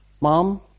Mom